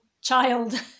child